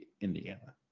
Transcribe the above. Indiana